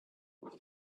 peace